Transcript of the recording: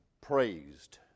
praised